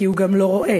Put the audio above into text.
כי הוא גם לא רואה.